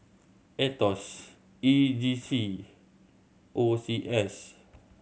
Aetos E G C O C S